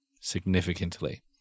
significantly